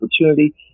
Opportunity